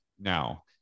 now